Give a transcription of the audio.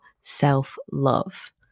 self-love